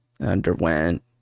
underwent